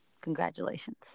Congratulations